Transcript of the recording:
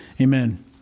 Amen